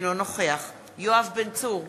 אינו נוכח יואב בן צור,